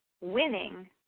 winning